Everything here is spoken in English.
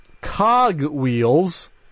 Cogwheels